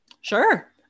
sure